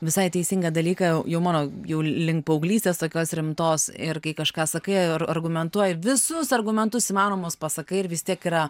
visai teisingą dalyką jau jau mano jau link paauglystės tokios rimtos ir kai kažką sakai ar argumentuoji visus argumentus įmanomus pasakai ir vis tiek yra